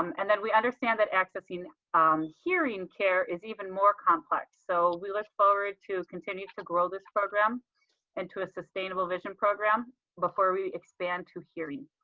um and then we understand that accessing um hearing care is even more complex, so we look forward to continuing to grow this program and into a sustainable vision program before we expand to hearing.